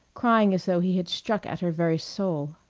crying as though he had struck at her very soul.